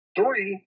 Three